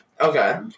Okay